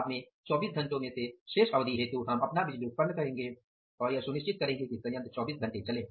बाद में 24 घंटों में से शेष अवधि हेतु हम अपनी बिजली उत्पन्न करेंगे और यह सुनिश्चित करेंगे कि संयंत्र 24 घंटे चले